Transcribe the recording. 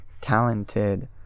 talented